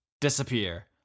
disappear